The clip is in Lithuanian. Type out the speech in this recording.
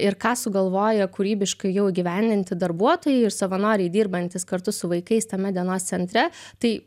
ir ką sugalvoja kūrybiškai jau įgyvendinti darbuotojai ir savanoriai dirbantys kartu su vaikais tame dienos centre tai